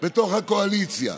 בתוך הקואליציה.